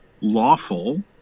lawful